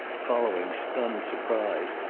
following stunned surprise,